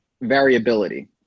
variability